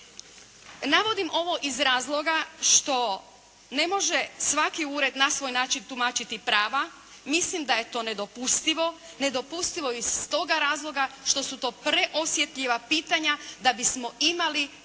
Navodim ovo iz razloga što ne može svaki ured na svoj način tumačiti prava. Mislim da je to nedopustivo. Nedopustivo iz toga razloga što su to preosjetljiva pitanja da bismo imali